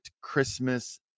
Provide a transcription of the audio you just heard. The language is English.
Christmas